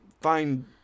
find